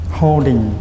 holding